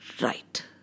right